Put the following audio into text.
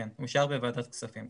כן, אושר בוועדת כספים.